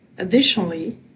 Additionally